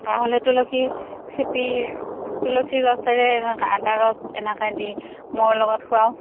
কাহ হ'লে তুলসী চেপী তুলসীৰ ৰসেৰে এনেকৈ আদা ৰস এনেকৈ দি মৌৰ লগত খুৱাওঁ